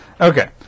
Okay